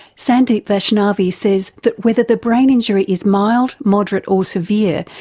sandeep vaishnavi says that whether the brain injury is mild, moderate or severe,